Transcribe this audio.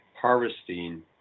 harvesting